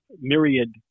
myriad